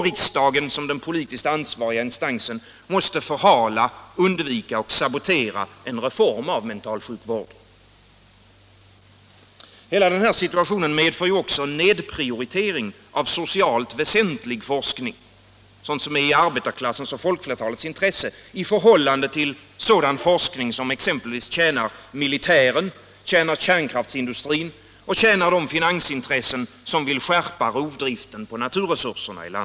Riksdagen, som den politiskt ansvariga instansen, måste förhala, undvika och sabotera en reform av mentalvården. Hela denna situation medför också en nedprioritering av socialt väsentlig forskning — sådan som är i arbetarklassens och folkflertalets intresse — i förhållande till forskning som exempelvis tjänar militären, kärnkraftsindustrin och de finansintressen som vill skärpa rovdriften på naturresurserna.